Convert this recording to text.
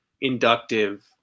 inductive